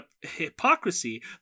hypocrisy